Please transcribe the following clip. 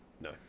No